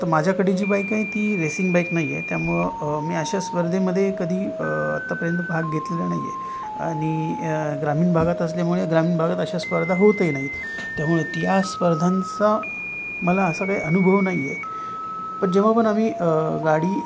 तर माझ्याकडे जी बाईक आहे ती रेसिंग बाईक नाही आहे त्यामुळं मी अशा स्पर्धेमध्ये कधी आतापर्यंत भाग घेतलेला नाही आहे आणि ग्रामीण भागात असल्यामुळे ग्रामीण भागात अशा स्पर्धा होतही नाहीत त्यामुळे त्या स्पर्धांचा मला असा काही अनुभव नाही आहे पण जेव्हा पण आम्ही गाडी